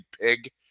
pig